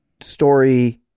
story